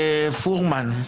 פורמן.